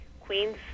Queens